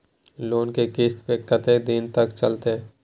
Loan के किस्त कत्ते दिन तक चलते?